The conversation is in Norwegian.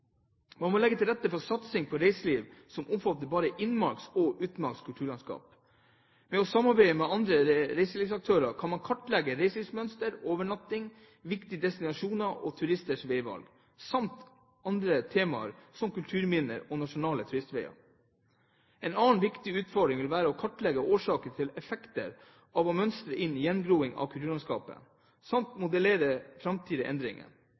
Man må legge til rette for satsing på reiseliv som omfatter kulturlandskap i både innmark og utmark. Ved å samarbeide med andre reiselivsaktører kan man kartlegge reiselivsmønster, overnatting, viktige destinasjoner og turisters veivalg samt andre temaer, som kulturminner og nasjonale turistveier. En annen viktig utfordring vil være å kartlegge årsaker til, effekter av og mønstre innen gjengroing av kulturlandskapet samt å modellere framtidige endringer.